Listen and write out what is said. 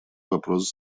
вопрос